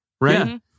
Right